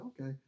okay